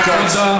חיים כץ,